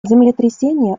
землетрясения